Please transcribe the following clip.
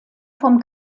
vom